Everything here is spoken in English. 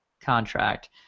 contract